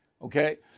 okay